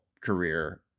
career